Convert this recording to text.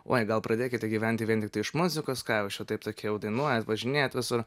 oi gal pradėkite gyventi vien tiktai iš muzikos ką jau jūs čia taip tokie jau dainuojat važinėjat visur